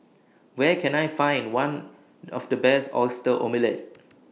Where Can I Find one of Best Oyster Omelette